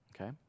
Okay